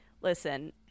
Listen